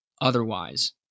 otherwise